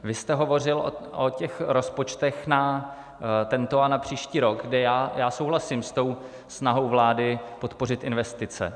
Vy jste hovořil o těch rozpočtech na tento a na příští rok, kde já souhlasím se snahou vlády podpořit investice.